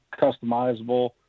customizable